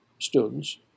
students